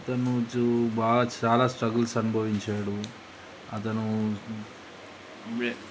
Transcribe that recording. అతను చూ బాగా చాలా స్ట్రగుల్స్ అనుభవించాడు అతను